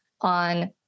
on